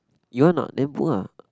you want or not then book ah